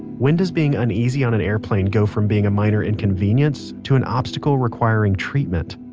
when does being uneasy on an airplane go from being a minor inconvenience to an obstacle requiring treatment?